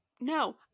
no